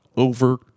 Over